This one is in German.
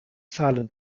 zahlen